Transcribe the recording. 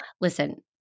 listen